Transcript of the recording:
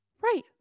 Right